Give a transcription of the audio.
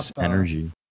energy